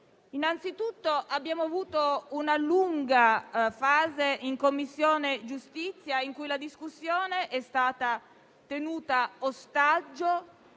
Innanzitutto, abbiamo avuto una lunga fase in Commissione giustizia in cui la discussione è stata tenuta in ostaggio,